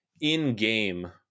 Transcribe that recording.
in-game